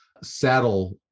saddle